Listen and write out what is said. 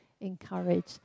encourage